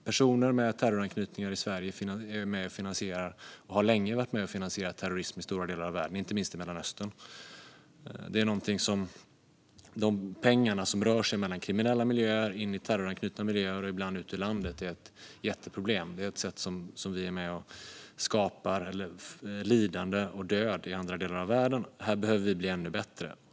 Personer med terroranknytningar i Sverige har länge varit med och finansierat terrorism i stora delar av världen, inte minst i Mellanöstern. De pengar som rör sig mellan kriminella miljöer och in i terroranknutna miljöer och ibland ut ur landet är ett jätteproblem; på det sättet är vi med och skapar lidande och död i andra delar av världen. Här behöver vi bli ännu bättre.